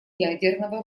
ядерного